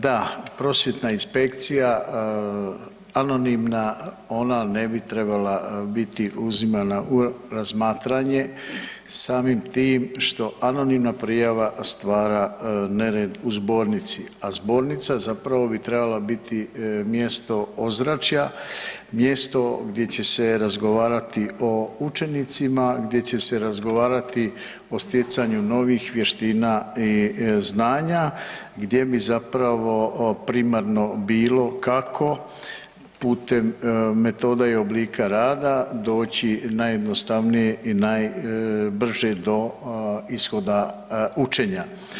Da, prosvjetna inspekcija, anonimna, ona ne bi trebala biti uzimana u razmatranje samim tim što anonimna prijava stvara nered u zbornici, a zbornica zapravo bi trebala biti mjesto ozračja, mjesto gdje će se razgovarati o učenicima, gdje će se razgovarati o stjecanju novih vještina i znanja, gdje bi zapravo primarno bilo kako putem metoda i oblika rada doći najjednostavnije i najbrže do ishoda učenja.